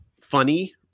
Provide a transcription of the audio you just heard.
funny